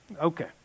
okay